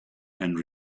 and